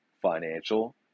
financial